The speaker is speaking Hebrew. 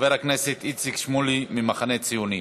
חבר הכנסת איציק שמולי מהמחנה הציוני.